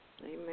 Amen